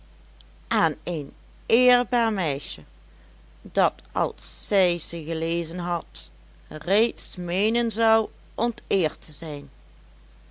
aan een eerbaar meisje dat als zij ze gelezen had reeds meenen zou onteerd te zijn